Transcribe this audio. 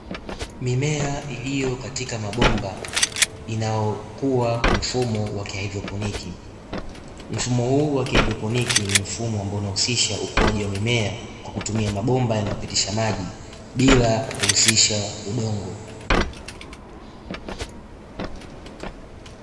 Mimea iliyo katika mabomba inayokuwa kwa mfumo wa kihaidroponi, mfumo huu wa kihaidroponi ni mfumo ambao unahusisha ukuaji wa mimea kwa kutumia mabomba yanayopitisha maji bila ya kuhusisha udongo.